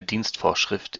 dienstvorschrift